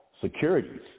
securities